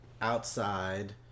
outside